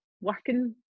working